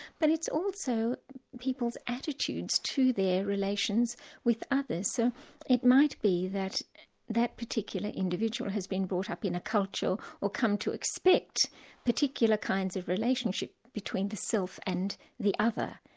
but it's also people's attitudes to their relations with others. so it might be that that particular individual has been brought up in a culture or come to expect particular kinds of relationships between the self and the other,